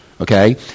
okay